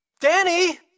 Danny